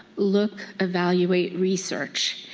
look, evaluate, research,